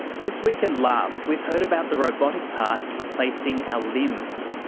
this week and last we've heard about the robotic parts replacing our limbs,